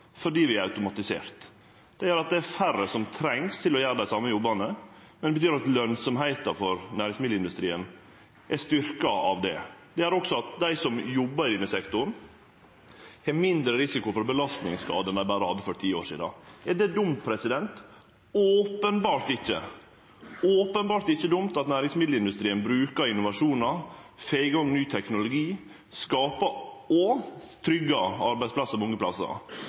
fordi vi har automatisert. Det gjer at det er færre som trengst til å gjere dei same jobbane, men det betyr at lønsemda for næringsmiddelindustrien er styrkt av det. Det gjer også at dei som jobbar i denne sektoren, har mindre risiko for belastingsskadar enn dei hadde for berre ti år sidan. Er det dumt? Openbert ikkje. Det er openbert ikkje dumt at næringsmiddelindustrien brukar innovasjonar, får i gang ny teknologi, skapar og tryggjer arbeidsplassar mange plassar.